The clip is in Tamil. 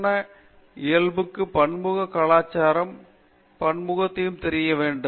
எனவே அவர்கள் நாட்டின் சிக்கலான இயல்புக்கும் பன்முக கலாச்சார பன்முகத்தன்மையும் தெரிய வேண்டும்